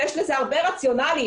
ויש לזה הרבה רציונאלים,